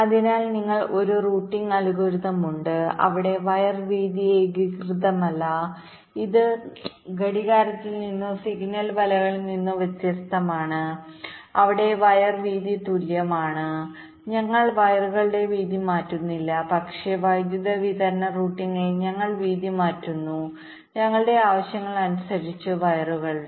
അതിനാൽ നിങ്ങൾക്ക് ഒരു റൂട്ടിംഗ് അൽഗോരിതം ഉണ്ട് അവിടെ വയർ വീതി ഏകീകൃതമാകില്ല ഇത് ഘടികാരങ്ങളിൽ നിന്നോ സിഗ്നൽ വലകളിൽ നിന്നോ വ്യത്യസ്തമാണ് അവിടെ വയർ വീതി തുല്യമാണ് ഞങ്ങൾ വയറുകളുടെ വീതി മാറ്റുന്നില്ല പക്ഷേ വൈദ്യുതി വിതരണ റൂട്ടിംഗിൽ ഞങ്ങൾ വീതി മാറ്റുന്നു ഞങ്ങളുടെ ആവശ്യങ്ങൾ അനുസരിച്ച് വയറുകളുടെ